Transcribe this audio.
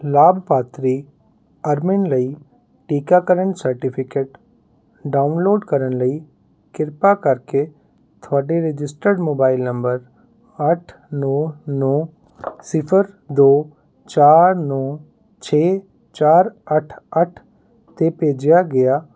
ਲਾਭਪਾਤਰੀ ਅਰਮਿਨ ਲਈ ਟੀਕਾਕਰਨ ਸਰਟੀਫਿਕੇਟ ਡਾਊਨਲੋਡ ਕਰਨ ਲਈ ਕਿਰਪਾ ਕਰਕੇ ਤੁਹਾਡੇ ਰਜਿਸਟਰਡ ਮੋਬਾਈਲ ਨੰਬਰ ਅੱਠ ਨੌ ਨੌ ਸਿਫਰ ਦੋ ਚਾਰ ਨੌ ਛੇ ਚਾਰ ਅੱਠ ਅੱਠ 'ਤੇ ਭੇਜਿਆ ਗਿਆ